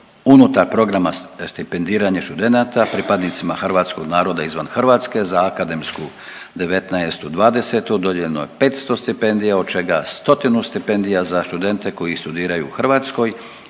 Unutar programa stipendiranja študenata, pripadnicima hrvatskog naroda izvan Hrvatske za akademsku '19./'20. dodijeljeno je 500 stipendija, od čega stotinu stipendija za študente koji studiraju u Hrvatskoj